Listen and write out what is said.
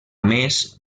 més